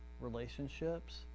relationships